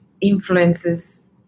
influences